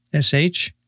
SH